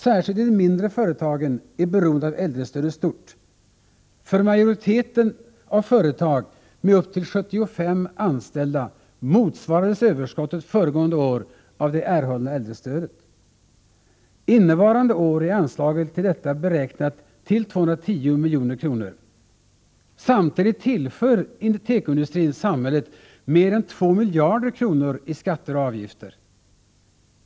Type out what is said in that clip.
Särskilt i de mindre företagen är beroendet av äldrestödet stort. För majoriteten av företag med upp till 75 anställda motsvarades överskottet föregående år av det erhållna äldrestödet. Innevarande år är anslaget till detta beräknat till 210 milj.kr. Samtidigt tillför tekoindustrin samhället mer än 2 miljarder kronor i skatter och avgifter.